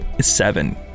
seven